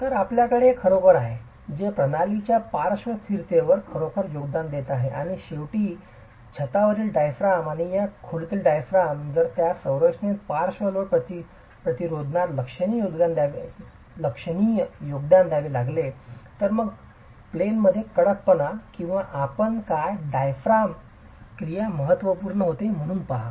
तर आपल्याकडे हे खरोखर आहे जे प्रणालीच्या पार्श्व स्थीरतेत खरोखर योगदान देत आहे आणि शेवटी छतावरील डायाफ्राम आणि या खोलीतील डायाफ्राम जर त्यास संरचनेत पार्श्व लोड प्रतिरोधनात लक्षणीय योगदान द्यावे लागले तर प्लेन मध्ये कडकपणा किंवा आपण काय डायफ्राम क्रिया महत्त्वपूर्ण होते म्हणून पहा